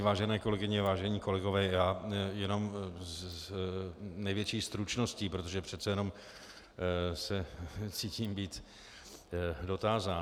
Vážené kolegyně, vážení kolegové, já jenom s největší stručností, protože přece jenom se cítím být dotázán.